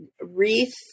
wreath